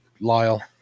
Lyle